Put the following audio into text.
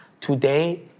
Today